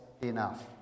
enough